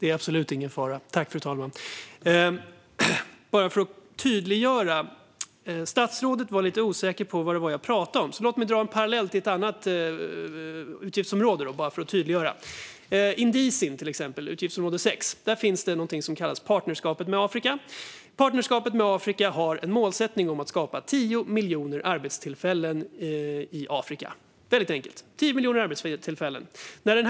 Fru talman! Statsrådet var lite osäker på vad det var jag pratade om, så låt mig för att tydliggöra dra en parallell till ett annat utgiftsområde. I NDICI:n på utgiftsområde 6 finns det någonting som kallas partnerskapet med Afrika. Partnerskapet med Afrika har som målsättning att skapa 10 miljoner arbetstillfällen i Afrika. Det är väldigt enkelt: 10 miljoner arbetstillfällen ska skapas.